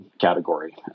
category